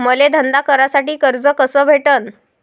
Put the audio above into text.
मले धंदा करासाठी कर्ज कस भेटन?